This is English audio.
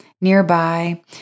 Nearby